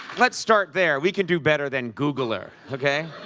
but start there. we can do better than googler, okay?